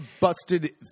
busted